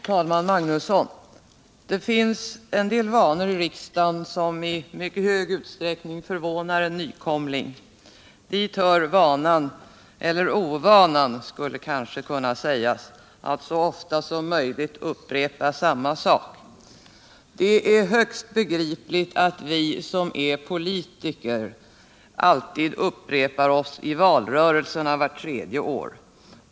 Fierr talman! Det finns en del vanor i riksdagen som i mycket hög utsträckning förvånar en nykomling. Dit hör vanan — eller ovanan, kanske man skulle kunna säga — att så ofta som möjligt upprepa samma sak. Det är högst begripligt att vi som är politiker alltid upprepar oss i valrörelserna vart tredje år.